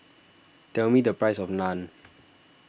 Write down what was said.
tell me the price of Naan